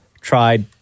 tried